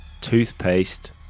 toothpaste